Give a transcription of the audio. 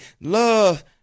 Love